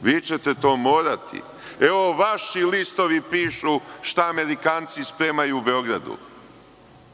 vi ćete to morati. Vaši listovi pišu šta Amerikanci spremaju u Beogradu.